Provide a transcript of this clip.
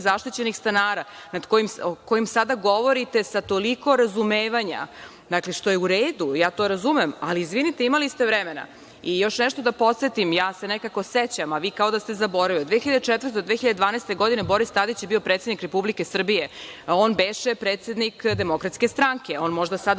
zaštićenih stanara, o kojem sada govorite sa toliko razumevanja, što je u redu, ja to razumem, ali imali ste vremena. Još nešto da podsetim, ja se sećam, a vi kao da ste zaboravili, od 2004. go 2012. godine Boris Tadić je bio predsednik Republike Srbije. On beše predsednik DS. On možda sada